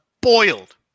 boiled